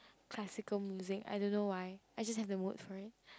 classical music I don't know why I just have the mood for it